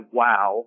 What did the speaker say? wow